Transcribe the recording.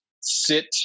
sit